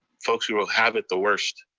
folks who will have it the worst,